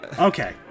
Okay